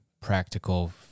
practical